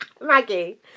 maggie